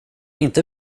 inte